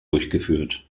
durchgeführt